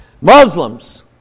Muslims